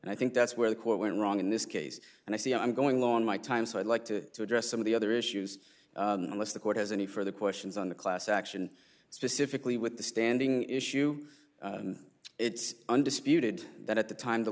and i think that's where the court went wrong in this case and i see i'm going on my time so i'd like to address some of the other issues unless the court has any further questions on the class action specifically with the standing issue it's undisputed that at the time the